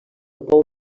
pou